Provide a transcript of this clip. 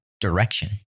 direction